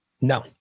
No